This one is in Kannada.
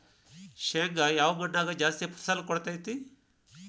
ಶೇಂಗಾ ಯಾವ ಮಣ್ಣಾಗ ಜಾಸ್ತಿ ಫಸಲು ಕೊಡುತೈತಿ?